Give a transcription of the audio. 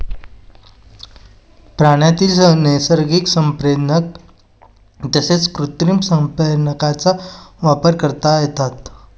प्राण्यांसाठी नैसर्गिक संप्रेरक तसेच कृत्रिम संप्रेरकांचा वापर करतात